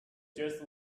just